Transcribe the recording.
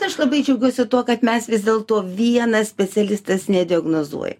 aš labai džiaugiuosi tuo kad mes vis dėlto vienas specialistas nediagnozuo